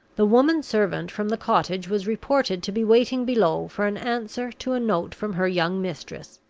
the woman-servant from the cottage was reported to be waiting below for an answer to a note from her young mistress,